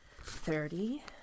thirty